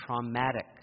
traumatic